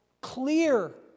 clear